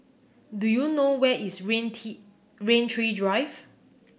do you know where is Rain Tee Rain Tree Drive